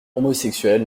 homosexuels